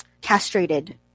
castrated